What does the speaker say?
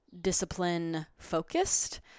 discipline-focused